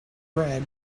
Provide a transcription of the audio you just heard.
bread